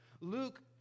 Luke